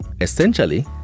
Essentially